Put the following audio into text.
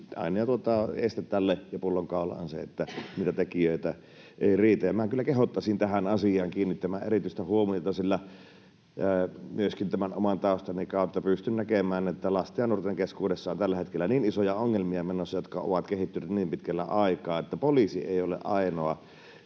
ainoa este ja pullonkaula tälle on se, että niitä tekijöitä ei riitä. Minä kyllä kehottaisin tähän asiaan kiinnittämään erityistä huomiota, sillä myöskin tämän oman taustani kautta pystyn näkemään, että lasten ja nuorten keskuudessa on tällä hetkellä menossa niin isoja ongelmia, jotka ovat kehittyneet niin pitkällä aikaa, että poliisi ei ole ainoa